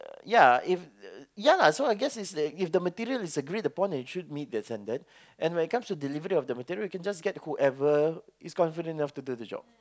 yeah if yeah so I guess if the material is agreed upon and it should meet the standard and when it comes to the delivery of the material you can just get whoever is confident enough to do the job